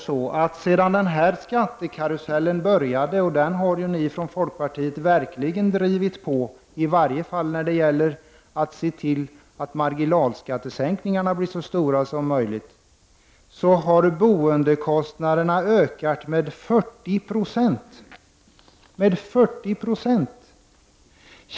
Sedan denna skattekarusell började — och den karusellen har ju ni från folkpartiet verkligen drivit på, i varje fall när det gäller att se till att marginalskattesänkningarna blir så stora som möjligt — har nämligen bostadskostnaderna ökat med 40 96. Med 40 90!